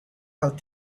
how